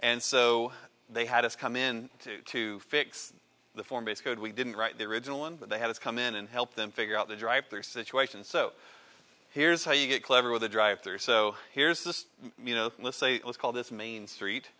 and so they had us come in to fix the form is good we didn't write the original one but they had to come in and help them figure out the drive through situation so here's how you get clever with a drive through so here's this you know let's say let's call this main street